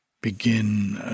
begin